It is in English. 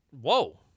Whoa